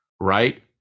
right